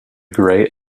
grey